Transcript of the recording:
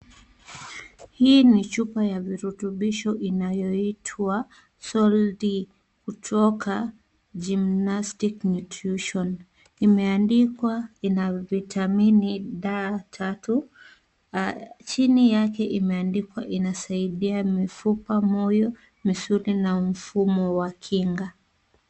Hii ni chupa ya virutubisho inayoitwa Sol-D kutoka Ginnastic Nutrition. Imeandikwa ina vitamini D-tatu. Chini yake imeandikwa inasaidia mifupa, moyo, misuli na mfumo wa kinga.